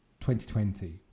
2020